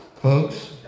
Folks